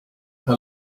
her